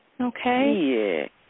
okay